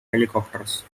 helicopters